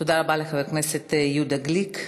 תודה רבה לחבר הכנסת יהודה גליק.